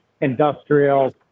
industrial